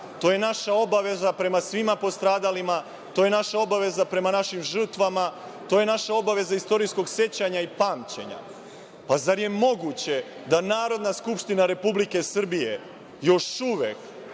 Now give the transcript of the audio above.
To je naša obaveza prema svim postradalima, to je naša obaveza prema našim žrtvama, to je naša obaveza istorijskog sećanja i pamćenja. Zar je moguće da Narodna skupština Republike Srbije još uvek